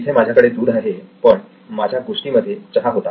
इथे माझ्याकडे दूध आहे पण माझ्या गोष्टीमध्ये चहा होता